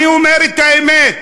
אני אומר את האמת,